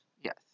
Yes